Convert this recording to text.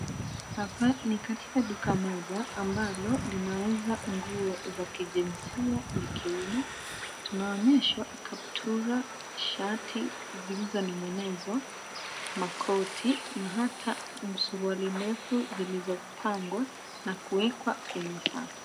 Hapa ni katika duka moja ambalo linauza nguo za kijinsia ya kiume. Tunaonyeshwa kaptura, shati, zilizoning'inizwa, makoti na hata suruali ndefu zilizopangwa na kuwekwa kwenye safu.